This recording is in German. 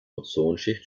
ozonschicht